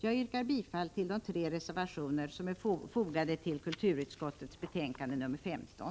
Jag yrkar bifall till de tre reservationer som är fogade till kulturutskottets betänkande nr 15.